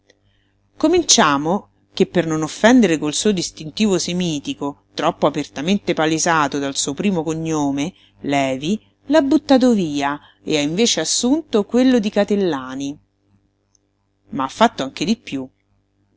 cominciamo che per non offendere col suo distintivo semitico troppo apertamente palesato dal suo primo cognome levi l'ha buttato via e ha invece assunto quello di catellani ma ha fatto anche di piú